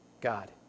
God